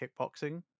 kickboxing